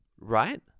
right